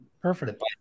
Perfect